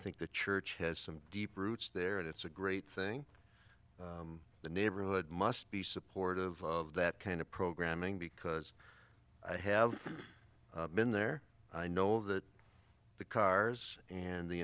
think the church has some deep roots there and it's a great thing the neighborhood must be supportive of that kind of programming because i have been there and i know that the cars and the